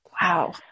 Wow